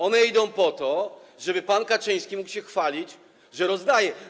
One idą na to, żeby pan Kaczyński mógł się chwalić, że rozdaje.